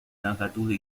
narratore